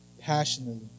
passionately